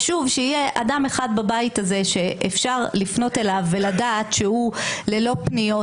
חשוב שיהיה אדם אחד בבית הזה שאפשר לפנות אליו ולדעת שהוא ללא פניות,